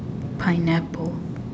pineapple